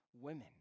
women